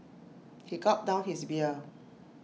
he gulped down his beer